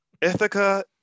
Ithaca